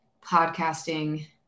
podcasting